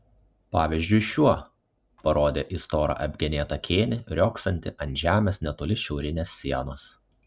pavyzdžiui šiuo parodė į storą apgenėtą kėnį riogsantį ant žemės netoli šiaurinės sienos